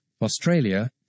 Australia